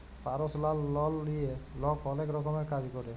পারসলাল লল লিঁয়ে লক অলেক রকমের কাজ ক্যরে